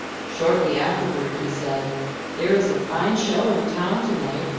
shortly afterward he said there is a fine show in town to-night,